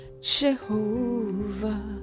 Jehovah